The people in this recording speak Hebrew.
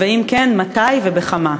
אם כן, מתי ובכמה?